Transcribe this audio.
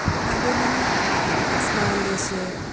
आद्यतन अस्माकं देशे